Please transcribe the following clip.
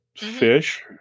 Fish